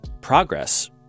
progress